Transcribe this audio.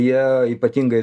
jie ypatingai